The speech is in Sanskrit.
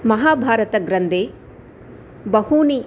महाभारत ग्रन्थे बहूनि